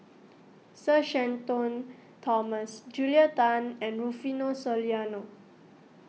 Sir Shenton Thomas Julia Tan and Rufino Soliano